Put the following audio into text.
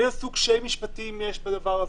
איזה סוג קשיים משפטיים יש בדבר הזה?